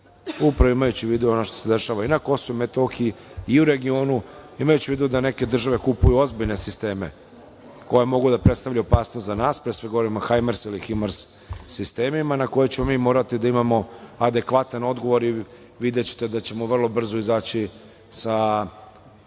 upravo imajući u vidu i ono što se dešava i na Kosovu i Metohiji i u regionu, imajući da neke države kupuju ozbiljne sisteme, koji mogu da predstavljaju opasnost za nas, pre svega govorim o Hajmers ili Himars sistemima, na koje ćemo mi morati da imamo adekvatan odgovor. Videćete da ćemo vrlo brzo izaći sa